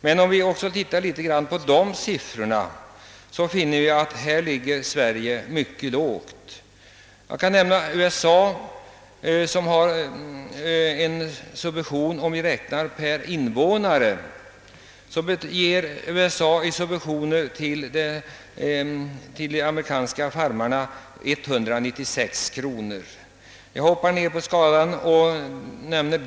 Men om vi också tittar litet på de siffrorna så finner vi att Sverige ligger mycket långt ned på listan. I USA uppgår statssubventionerna till farmare till 196 kronor per innevånare räknat.